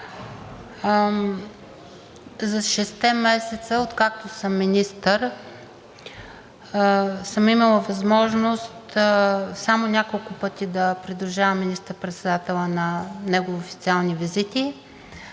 месеца, откакто съм министър, съм имала възможност само няколко пъти да придружавам министър-председателя на негови официални визити.